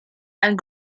and